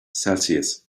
celsius